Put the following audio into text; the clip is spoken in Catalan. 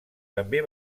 també